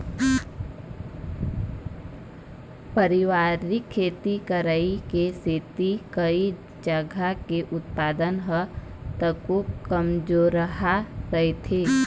पारंपरिक खेती करई के सेती कइ जघा के उत्पादन ह तको कमजोरहा रहिथे